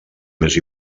més